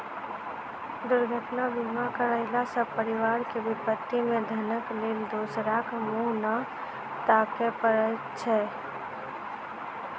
दुर्घटना बीमा करयला सॅ परिवार के विपत्ति मे धनक लेल दोसराक मुँह नै ताकय पड़ैत छै